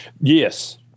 Yes